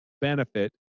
benefit